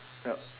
yup